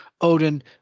Odin